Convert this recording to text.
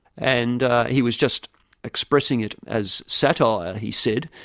and he was just expressing it as satire, he said,